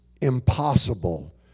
impossible